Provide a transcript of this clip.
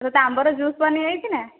ତୋତେ ଆମ୍ବରେ ଜୁସ୍ ବନେଇ ଆଇଛିନା